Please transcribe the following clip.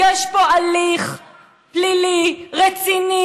יש פה הליך פלילי רציני.